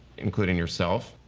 including yourself.